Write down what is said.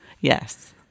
Yes